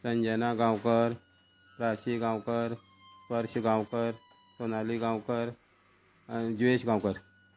संजना गांवकर प्राची गांवकर स्पर्श गांवकर सोनाली गांवकर आनी जुयेश गांवकर